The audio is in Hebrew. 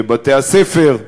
בבתי-הספר,